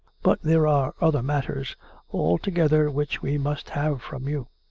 but there are other mat ters altogether which we must have from you.